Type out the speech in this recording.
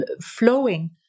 flowing